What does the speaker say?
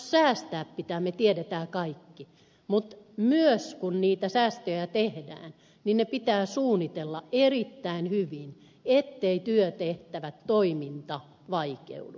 säästää pitää sen me tiedämme kaikki mutta kun säästöjä tehdään pitää ne suunnitella erittäin hyvin etteivät työtehtävät ja toiminnat vaikeudu